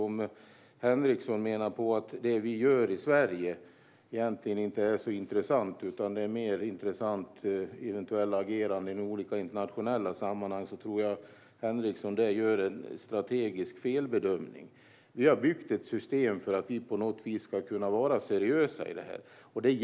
Om Henriksson menar att det vi gör i Sverige egentligen inte är så intressant utan att eventuella ageranden i olika internationella sammanhang är mer intressanta tror jag att Henriksson gör en strategisk felbedömning. Vi har byggt ett system för att vi på något vis ska kunna vara seriösa i detta.